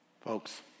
Folks